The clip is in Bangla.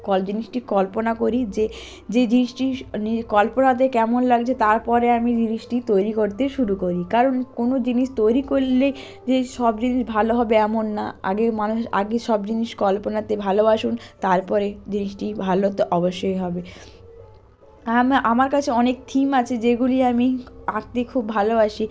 জিনিসটি কল্পনা করি যে যে জিনিসটি কল্পনাতে কেমন লাগছে তার পরে আমি জিনিসটি তৈরি করতে শুরু করি কারণ কোনো জিনিস তৈরি করলে যে সব জিনিস ভালো হবে এমন না আগে মানুষ আগে সব জিনিস কল্পনাতে ভালোবাসুন তার পরে জিনিসটি ভালো তো অবশ্যই হবে আমার কাছে অনেক থিম আছে যেগুলি আমি আঁকতে খুব ভালোবাসি